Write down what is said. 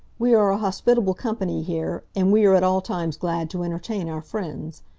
we are a hospitable company here, and we are at all times glad to entertain our friends.